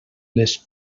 les